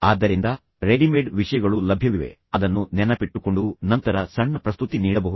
ಆದ್ದರಿಂದ ರೆಡಿಮೇಡ್ ವಿಷಯಗಳು ಲಭ್ಯವಿವೆ ಅದನ್ನು ನೆನಪಿಟ್ಟುಕೊಂಡು ನಂತರ ಸಣ್ಣ ಪ್ರಸ್ತುತಿ ನೀಡಬಹುದು